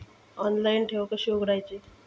Online ठेव कशी उघडायची?